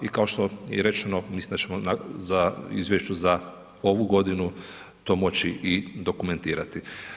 I kao što je rečeno, mislim, da ćemo za izvješće za ovu godinu, to moći i dokumentirati.